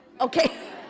Okay